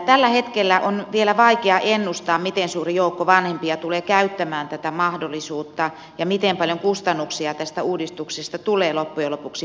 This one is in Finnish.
tällä hetkellä on vielä vaikea ennustaa miten suuri joukko vanhempia tulee käyttämään tätä mahdollisuutta ja miten paljon kustannuksia tästä uudistuksesta tulee loppujen lopuksi kunnille